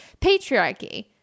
patriarchy